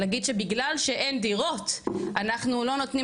להגיד שבגלל שאין דירות אנחנו לא נותנים